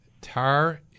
tar